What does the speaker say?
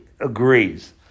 agrees